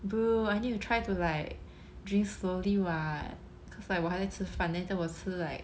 bro I need to try to like drink slowly what cause like 我还在吃饭 then 我在吃 like